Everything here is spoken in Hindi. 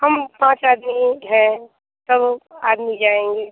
हम पाँच आदमी हैं सब आदमी जाएँगे